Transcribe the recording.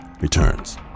returns